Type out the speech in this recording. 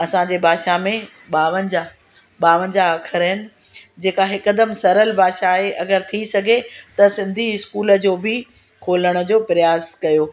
असांजे भाषा में ॿावंजाह ॿावंजा्ह अख़र आहिनि जेका हिकदमि सरल भाषा आहे अगरि थी सघे त सिंधी स्कूल जो बि खोलण जो प्रयास कयो